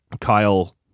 Kyle